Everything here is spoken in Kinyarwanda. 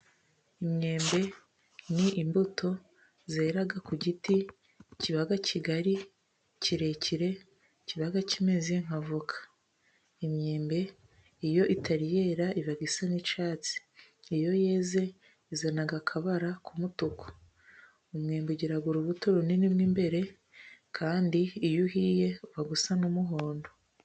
Imyembe ni imbuto zerara ku giti kiba kigari , kirekire , kiba kimeze nka avoka . Imyembe iyo itari yera iba isa n'icyatsi , iyo yeze izana akabara k'umutuku . Umwembe ugira urubuto runini mo imbere , kandi iyo uhiye uba usa n'umuhondo.